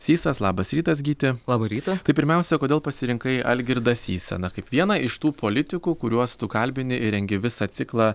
sysas labas rytas gyti labą rytą tai pirmiausia kodėl pasirinkai algirdą sysą na kaip vieną iš tų politikų kuriuos tu kalbini ir rengi visą ciklą